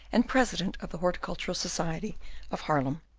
and president of the horticultural society of haarlem.